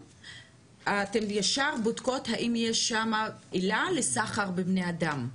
אתם ישר בודקות האם יש שם עילה לסחר בבני אדם,